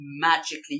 magically